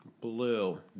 Blue